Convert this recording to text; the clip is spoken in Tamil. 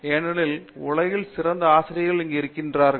ஏனெனில் உலகின் சிறந்த ஆசிரியர்கள் இங்கு இருக்கிறார்கள்